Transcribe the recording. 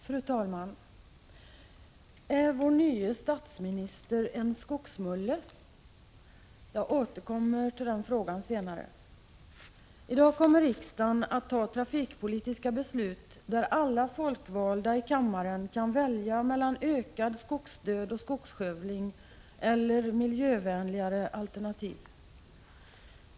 Fru talman! Är vår nye statsminister en Skogsmulle? Jag återkommer till den frågan senare. I dag kommer riksdagen att fatta trafikpolitiska beslut, där alla folkvalda i kammaren kan välja mellan ökad skogsdöd och skogsskövling eller miljövänligare alternativ.